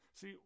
See